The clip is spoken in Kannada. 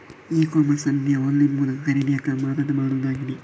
ಇ ಕಾಮರ್ಸ್ ಅಂದ್ರೆ ಆನ್ಲೈನ್ ಮೂಲಕ ಖರೀದಿ ಅಥವಾ ಮಾರಾಟ ಮಾಡುದಾಗಿದೆ